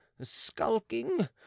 skulking